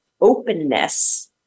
openness